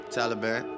Taliban